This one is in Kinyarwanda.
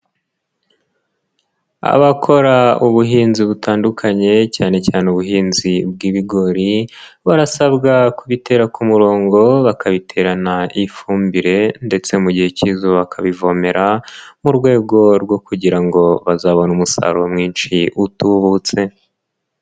Abakora ubuhinzi butandukanye cyane cyane ubuhinzi bw'ibigori barasabwa kubitera ku murongo, bakabiterana ifumbire ndetse mu gihe k'izuba bakabivomera mu rwego rwo kugira ngo bazabone umusaruro mwinshi utubutse.